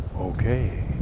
Okay